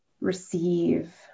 receive